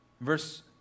Verse